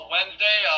Wednesday